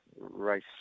race